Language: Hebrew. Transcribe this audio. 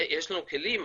יש לנו כלים,